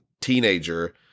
teenager